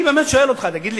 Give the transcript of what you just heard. אני באמת שואל אותך: תגיד לי,